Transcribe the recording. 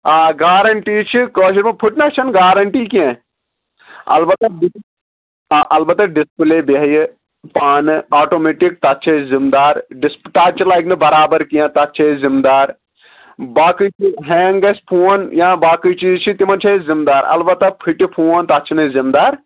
آ گارنٹی چھِ کٲشِر پٲٹھۍ پھٹنس چھنہٕ گارنٹی کینٛہہ البتہ آ البتہ ڈسپٕلے بہیہِ پانہٕ آٹومیٹک تتھ چھِ أسھ ذمہٕ دار ڈسپ ٹچ لگہِ نہٕ برابر کینٛہہ تتھ چھِ أسۍ ذمہٕ دار باقٕے ہینٚگ گژھہِ فون یا باقٕے چیٖز چھِ تمن چھِ أسۍ ذمہٕ دار البتہ پھٹہِ فون تتھ چھنہٕ أسۍ ذمہٕ دار